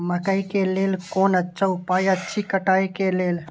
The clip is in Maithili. मकैय के लेल कोन अच्छा उपाय अछि कटाई के लेल?